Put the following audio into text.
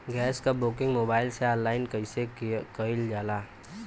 Gas क booking mobile से online कईसे कईल जाला?